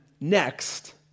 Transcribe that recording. next